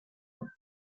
obra